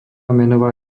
menová